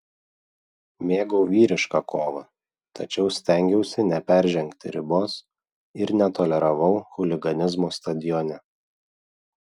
mėgau vyrišką kovą tačiau stengiausi neperžengti ribos ir netoleravau chuliganizmo stadione